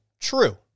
true